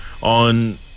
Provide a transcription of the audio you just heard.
on